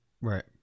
right